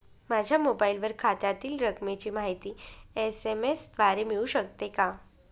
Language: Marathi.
माझ्या मोबाईलवर खात्यातील रकमेची माहिती एस.एम.एस द्वारे मिळू शकते का?